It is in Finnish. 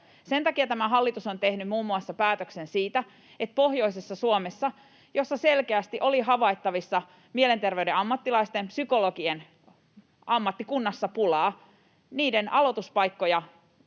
Sen takia tämä hallitus on muun muassa tehnyt päätöksen siitä, että pohjoisessa Suomessa, jossa selkeästi oli havaittavissa mielenterveyden ammattilaisten, psykologien, ammattikunnassa pulaa, aloituspaikkoja